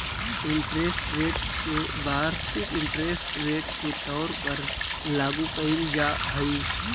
interest rate के वार्षिक interest rate के तौर पर लागू कईल जा हई